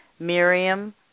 Miriam